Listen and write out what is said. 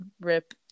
rip